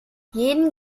jeden